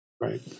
Right